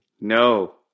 No